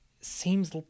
seems